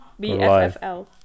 BFFL